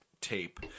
tape